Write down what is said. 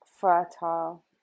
fertile